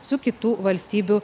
su kitų valstybių